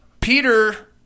Peter